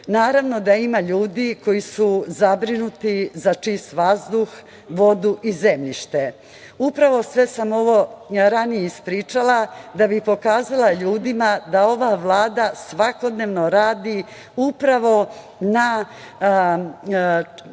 naravno da ima ljudi koji su zabrinuti za čist vazduh, vodu i zemljište. Upravo sve sam ovo ranije ispričala da bih pokazala ljudima da ova Vlada svakodnevno radi upravo na